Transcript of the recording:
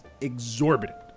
exorbitant